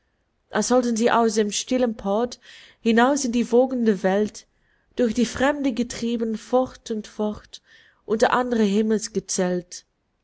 als sollten sie aus dem stillen port hinaus in die wogende welt durch die fremde getrieben fort und fort unter anderen